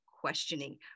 questioning